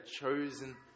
chosen